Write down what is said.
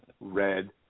red